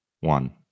one